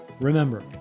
remember